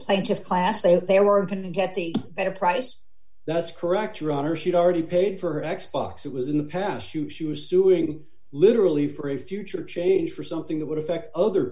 plaintiff class they are they are going to get the better price that's correct your honor she'd already paid for x box it was in the past you she was suing literally for a future change for something that would affect other